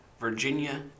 Virginia